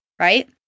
right